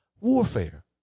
warfare